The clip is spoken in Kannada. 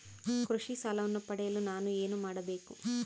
ಕೃಷಿ ಸಾಲವನ್ನು ಪಡೆಯಲು ನಾನು ಏನು ಮಾಡಬೇಕು?